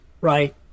right